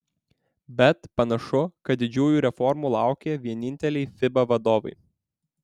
bet panašu kad didžiųjų reformų laukia vieninteliai fiba vadovai